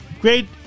great